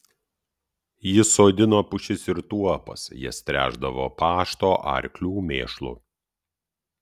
jis sodino pušis ir tuopas jas tręšdavo pašto arklių mėšlu